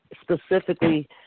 specifically